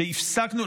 שהפסקנו,